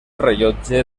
rellotge